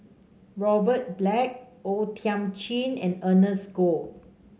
Robert Black O Thiam Chin and Ernest Goh